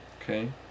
Okay